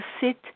sit